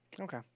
Okay